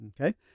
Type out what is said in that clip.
Okay